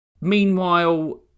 Meanwhile